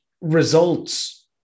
results